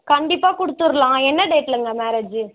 கண்டிப்பாக கொடுத்துர்லாம் என்ன டேட்லைங்க மேரேஜ்ஜி